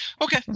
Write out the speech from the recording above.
okay